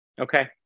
Okay